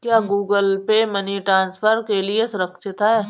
क्या Google Pay money transfer के लिए सुरक्षित है?